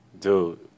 Dude